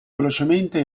velocemente